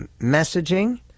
messaging